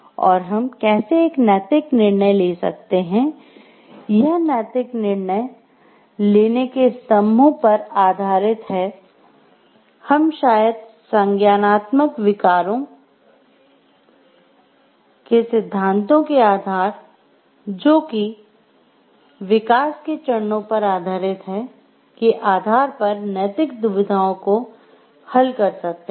और हम कैसे एक नैतिक निर्णय ले सकते हैं यह नैतिक निर्णय लेने के स्तंभों पर आधारित है हम शायद संज्ञानात्मक विकारों के सिद्धांतों के आधार जो कि विकास के चरणों पर आधारित है के आधार पर नैतिक दुविधाओं को हल कर सकते हैं